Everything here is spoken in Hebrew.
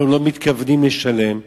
אנחנו לא מתכוונים לשלם,